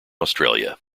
australia